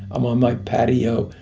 i'm on my patio.